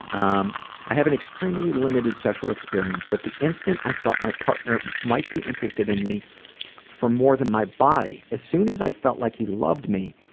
um i have an extremely limited sexual experience, but the instant i felt my partner might be interested in me for more than my body, as soon as i felt like he loved me,